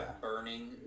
Burning